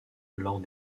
lors